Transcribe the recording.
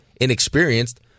inexperienced